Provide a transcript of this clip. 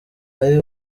ari